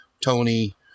Tony